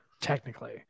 Technically